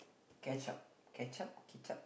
ketchup ketchup ketchup